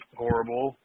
horrible